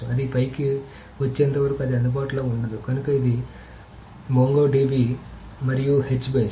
అది పైకి వచ్చేంత వరకు అది అందుబాటులో ఉండదు కనుక ఇది మొంగో DB మరియు H బేస్